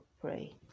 pray